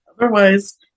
Otherwise